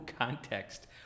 context